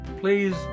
please